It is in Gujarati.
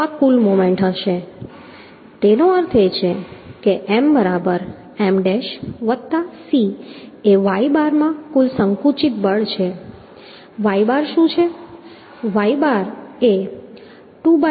તો આ કુલ મોમેન્ટ હશે તેનો અર્થ એ કે M બરાબર M ડેશ વત્તા C એ y બારમાં કુલ સંકુચિત બળ છે y બાર શું છે